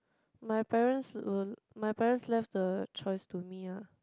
my parents will my parents left the choice to me ah